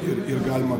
ir ir galima